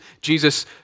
Jesus